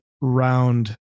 round